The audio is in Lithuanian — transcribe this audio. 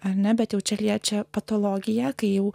ar ne bet jau čia liečia patologiją kai jau